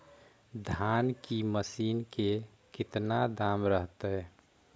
धान की मशीन के कितना दाम रहतय?